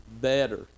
better